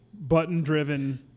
button-driven